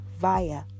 via